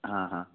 हाँ हाँ